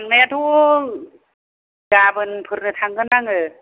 थांनायाथ' गाबोनफोरनो थांगोन आङो